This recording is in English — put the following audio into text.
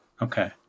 Okay